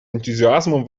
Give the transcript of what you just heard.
энтузиазмом